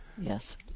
yes